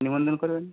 নিমন্ত্রণ করবেন